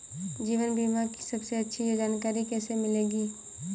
जीवन बीमा की सबसे अच्छी जानकारी कैसे मिलेगी?